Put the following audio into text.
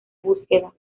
búsqueda